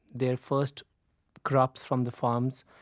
their first crops from the farms,